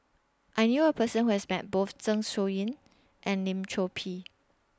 I knew A Person Who has Met Both Zeng Shouyin and Lim Chor Pee